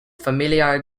familiar